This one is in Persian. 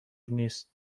نیست